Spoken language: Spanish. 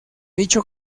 dicho